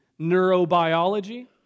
neurobiology